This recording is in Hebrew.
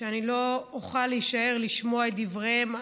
שאני לא אוכל להישאר לשמוע את דבריהם,